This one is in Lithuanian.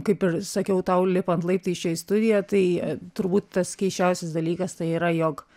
kaip ir sakiau tau lipant laiptais čia į studiją tai turbūt tas keisčiausias dalykas tai yra jog